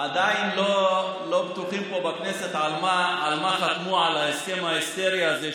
עדיין לא בטוחים פה בכנסת על מה חתמו בהסכם ההיסטורי הזה,